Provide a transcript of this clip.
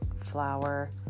flour